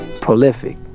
prolific